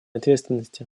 ответственности